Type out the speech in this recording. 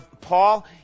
Paul